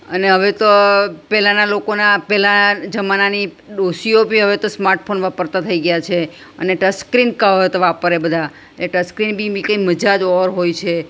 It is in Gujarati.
અને હવે તો પહેલાંના લોકોના પહેલાં જમાનાની ડોસીઓ બી હવે તો સ્માર્ટફોન વાપરતા થઈ ગ્યા છે અને ટચસ્ક્રિન કહો તો વાપરે બધા એ ટચસ્ક્રિન બી મિકે મજા જ ઓર હોય છે